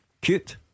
Cute